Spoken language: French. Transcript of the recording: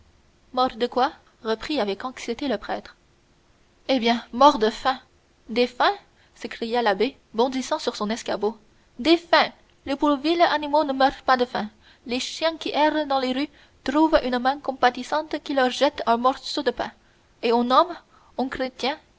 de quoi reprit avec anxiété le prêtre eh bien mort de faim de faim s'écria l'abbé bondissant sur son escabeau de faim les plus vils animaux ne meurent pas de faim les chiens qui errent dans les rues trouvent une main compatissante qui leur jette un morceau de pain et un homme un